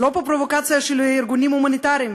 היא לא פרובוקציה של ארגונים הומניטריים.